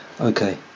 Okay